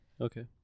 Okay